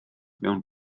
mewn